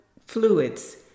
fluids